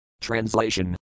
Translation